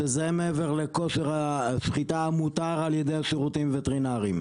שזה מעבר לכושר השחיטה המותר על ידי השירותים הווטרינרים.